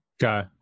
Go